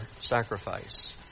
sacrifice